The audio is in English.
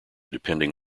depending